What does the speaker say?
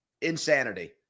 Insanity